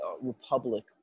republic